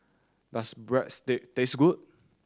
does Breadsticks taste good